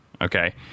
okay